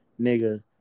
Nigga